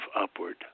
upward